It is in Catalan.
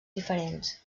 diferents